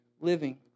living